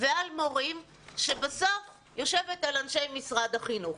ועל מורים ובסוף יושבת על אנשי משרד החינוך.